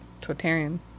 totalitarian